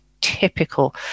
typical